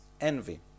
Envy